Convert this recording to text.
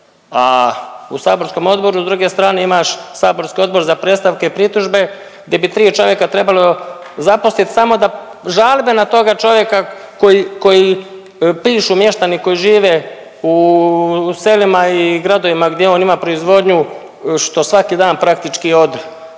a u saborskom odboru s druge strane imaš saborski Odbor za predstavke i pritužbe di bi tri čovjeka trebalo zaposliti samo da žalbe na toga čovjeka koji, koji pišu mještani koji žive u selima i gradovima gdje on ima proizvodnju što svaki dan praktički ode,